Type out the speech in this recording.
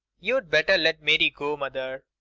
you'd better let mary go, mother.